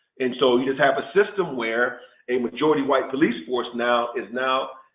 and so you just have a system where a majority white police force now, is now,